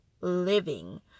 living